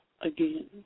Again